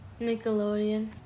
Nickelodeon